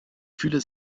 fühler